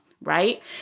Right